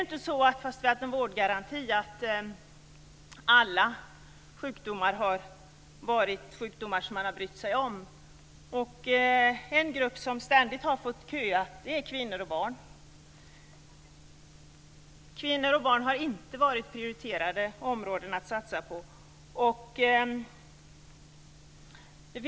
I den vårdgaranti som vi har haft har man inte brytt sig om alla sjukdomar. En grupp som ständigt har fått köa är kvinnor och barn. Kvinnor och barn har inte varit prioriterade grupper att satsa på.